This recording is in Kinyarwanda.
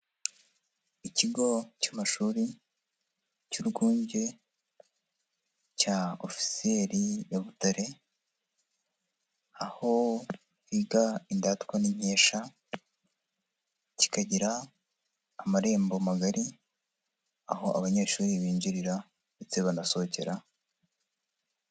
Ikigo cy'amashuri cy'urwunge, cya ofisiyeri ya Butare, aho biga indatwa n'inkesha, kikagira amarembo magari, aho abanyeshuri binjirira ndetse banasohokera.